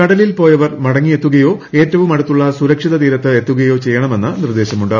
കടലിൽ പോയവർ മടങ്ങിയെത്തുകയോ ഏറ്റവും അടുത്തുള്ള സുരക്ഷിത തീരത്ത് എത്തുകയോ ചെയ്യണമെന്ന് നിർദ്ദേശമുണ്ട്